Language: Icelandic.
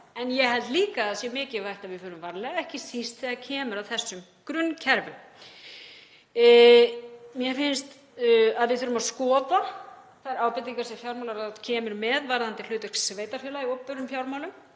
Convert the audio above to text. en ég held líka að það sé mikilvægt að við förum varlega, ekki síst þegar kemur að þessum grunnkerfum. Mér finnst að við þurfum að skoða þær ábendingar sem fjármálaráð kemur með varðandi hlutverk sveitarfélaga í opinberum fjármálum